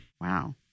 Wow